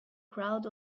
crowd